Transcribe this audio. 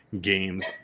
games